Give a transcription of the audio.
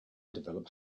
develop